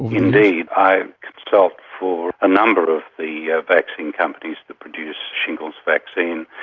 indeed, i consult for a number of the ah vaccine companies that produce shingles vaccine,